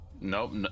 Nope